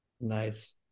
Nice